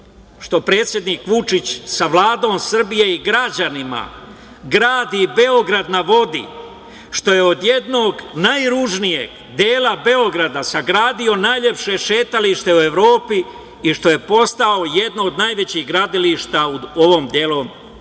što predsednik Vučić sa Vladom Srbije i građanima gradi „Beograd na vodi“, što je od jednog najružnijeg dela Beograda sagradio najlepše šetalište u Evropi i što je postao jedno od najvećih gradilišta u ovom delu Evrope,